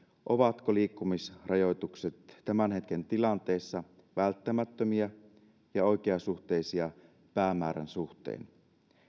ovatko liikkumisrajoitukset tämän hetken tilanteessa välttämättömiä ja oikeasuhtaisia päämäärän suhteen